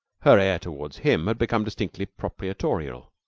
her air towards him had become distinctly proprietorial.